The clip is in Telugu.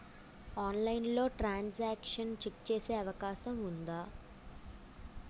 ఆన్లైన్లో ట్రాన్ సాంక్షన్ చెక్ చేసే అవకాశం ఉందా?